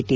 T